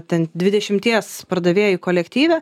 ten dvidešimties pardavėjų kolektyve